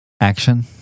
Action